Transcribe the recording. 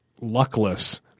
luckless